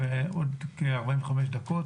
בעוד כ-45 דקות